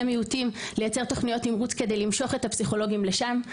מיעוטים לייצר תוכניות תמרוץ כדי למשוך את הפסיכולוגים לשם.